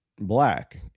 black